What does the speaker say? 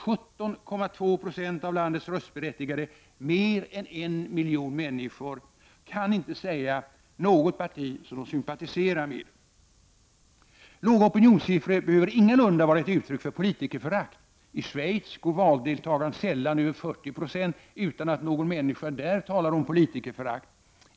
17,2 Yo av landets röstberättigade — mer än en miljon människor — kan inte säga något parti som de sympatiserar med.” Låga opinionssifffror behöver ingalunda vara ett uttryck för politikerförakt. I Schweiz går valdeltagandet sällan över 40 96 utan att någon människa där talar om politikerförakt.